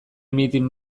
mitin